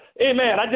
Amen